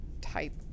type